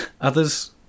Others